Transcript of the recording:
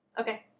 Okay